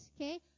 okay